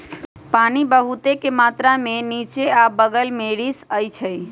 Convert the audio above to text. पानी बहुतेक मात्रा में निच्चे आ बगल में रिसअई छई